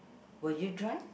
will you drive